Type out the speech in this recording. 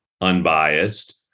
unbiased